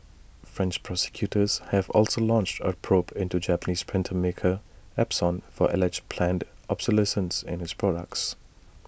French prosecutors have also launched A probe into Japanese printer maker Epson for alleged planned obsolescence in its products